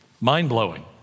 mind-blowing